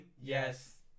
Yes